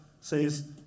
says